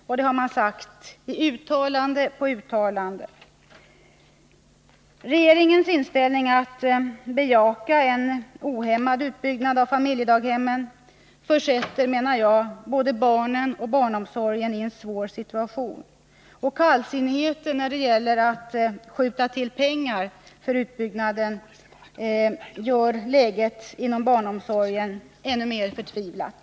Och det har sagts i uttalande på uttalande. Regeringens inställning att bejaka en ohämmad utbyggnad av familjedaghemmen försätter barnen och barnomsorgen i en svår situation, och kallsinnigheten när det gäller att skjuta till pengar för utbyggnaden gör läget inom barnomsorgen ännu mer förtvivlat.